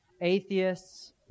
atheists